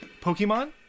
Pokemon